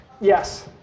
Yes